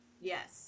Yes